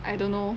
I don't know